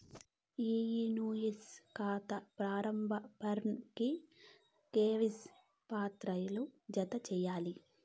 ఇ insurance కాతా ప్రారంబ form కి కేవైసీ పత్రాలు జత చేయాలి